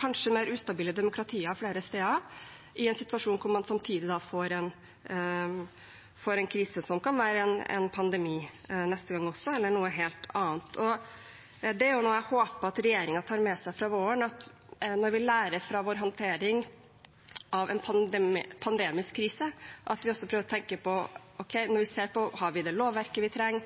kanskje mer ustabile demokratier flere steder i en situasjon hvor man samtidig får en krise, som kan være en pandemi neste gang også, eller noe helt annet. Det er noe jeg håper at regjeringen tar med seg fra våren, at når vi lærer fra vår håndtering av en pandemisk krise, også prøver å tenke på om vi har det lovverket vi trenger,